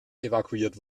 evakuiert